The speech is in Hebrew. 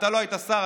אתה לא היית שר,